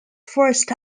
first